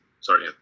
sorry